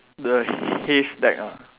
the haystack ah